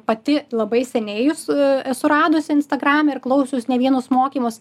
pati labai seniai jus esu radusi instagrame ir klausius ne vienus mokymus